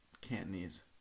Cantonese